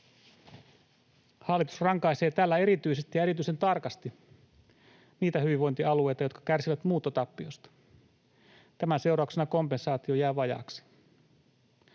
Hallitus rankaisee tällä erityisesti ja erityisen tarkasti niitä hyvinvointialueita, jotka kärsivät muuttotappiosta. Tämän seurauksena kompensaatio jää vajaaksi.